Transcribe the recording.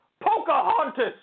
Pocahontas